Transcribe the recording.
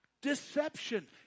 deception